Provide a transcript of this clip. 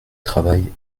travail